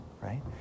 right